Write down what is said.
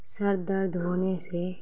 سر درد ہونے سے